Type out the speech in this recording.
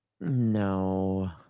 no